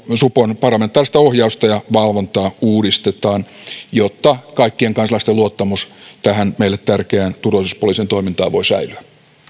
supon parlamentaarista ohjausta ja valvontaa uudistetaan jotta kaikkien kansalaisten luottamus tähän meille tärkeään turvallisuuspoliisin toimintaan voi säilyä